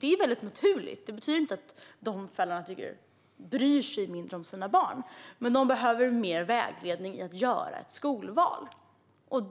Detta är naturligt och betyder inte att dessa föräldrar bryr sig mindre om sina barn. De behöver dock mer vägledning i att göra ett skolval.